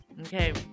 Okay